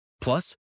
Plus